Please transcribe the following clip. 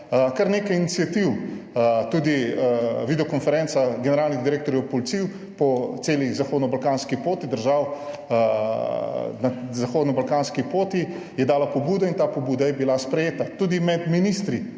kar nekaj iniciativ, tudi videokonferenca generalnih direktorjev policij po celi zahodno balkanski poti, držav na zahodno balkanski poti, je dala pobudo in ta pobuda je bila sprejeta, tudi med ministri